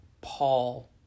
Paul